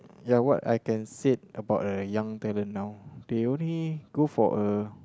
ya what I can said about a young talent now they only go for a